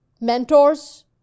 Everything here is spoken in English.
Mentors